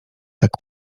tak